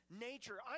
nature